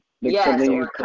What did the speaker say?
yes